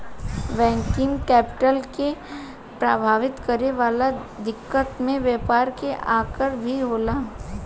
working capital के प्रभावित करे वाला दिकत में व्यापार के आकर भी होला